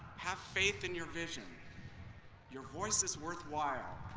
have faith in your vision your voice is worthwhile.